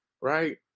right